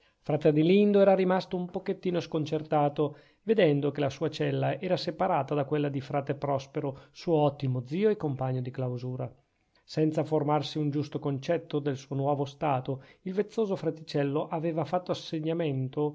frate adelindo era rimasto un pochettino sconcertato vedendo che la sua cella era separata da quella di frate prospero suo ottimo zio e compagno di clausura senza formarsi un giusto concetto del suo nuovo stato il vezzoso fraticello aveva fatto assegnamento